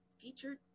featured